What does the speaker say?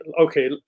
okay